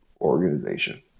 organization